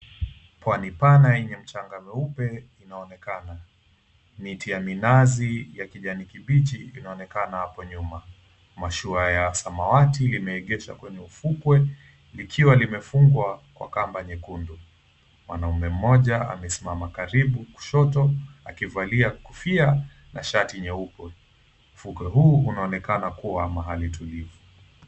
Pwani pana yenye mchanga mweupe inaonekana. Miti ya minazi ya kijani kibichi inaonekana hapo nyuma. Mashua ya samawati imeegeshwa kwenye ufukwe ikiwa imefungwa kwa kamba nyekundu. Mwanaume mmoja amesimama karibu kushoto akivalia kofia na shati nyeupe. Ufukwe huu unaonekana kuwa mahali tulivu